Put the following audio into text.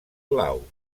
blau